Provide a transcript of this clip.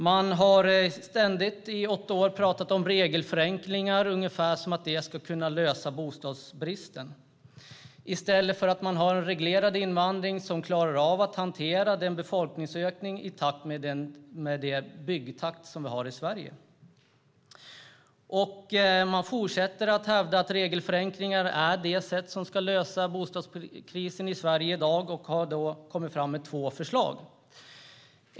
Man har ständigt under åtta år pratat om regelförenklingar ungefär som att det skulle kunna lösa bostadsbristen i stället för att ha en reglerad invandring för att klara av att hantera befolkningsökningen och hålla den i takt med byggandet i Sverige. Man fortsätter att hävda att regelförenklingar är det som ska lösa bostadskrisen i dag och har kommit med två förslag.